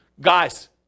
guys